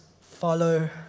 follow